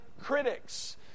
critics